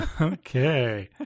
Okay